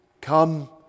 Come